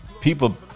People